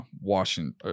Washington